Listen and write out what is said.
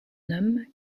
homme